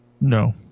No